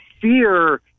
fear